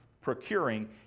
procuring